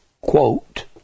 quote